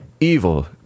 evil